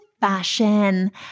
fashion